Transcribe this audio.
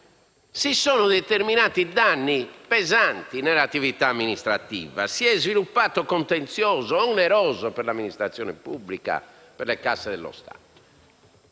inoltre determinati danni pesanti nell'attività amministrativa e si è sviluppato un contenzioso oneroso per l'amministrazione pubblica e le casse dello Stato.